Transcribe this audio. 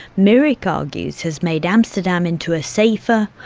mirik argues has made amsterdam into a safer,